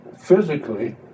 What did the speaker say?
physically